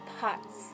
pots